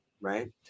right